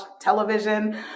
television